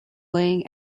laying